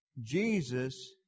Jesus